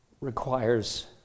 requires